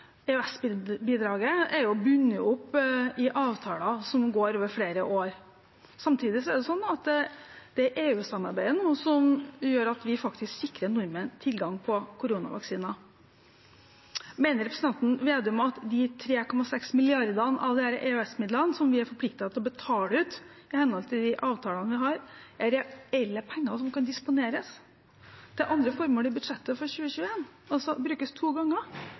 er bundet opp i avtaler som går over flere år. Samtidig er det sånn at det er EU-samarbeidet som gjør at vi faktisk sikrer nordmenn tilgang på koronavaksine. Mener representanten Vedum at 3,6 mrd. kr av de EØS-midlene som vi er forpliktet til å betale ut i henhold til de avtalene vi har, er reelle penger som kan disponeres til andre formål i budsjettet for 2021, altså brukes to ganger?